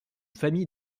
famille